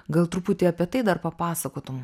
gal truputį apie tai dar papasakotum